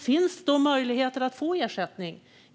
Finns då möjligheter att få ersättning?